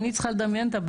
אני צריכה לדמיין את הבית.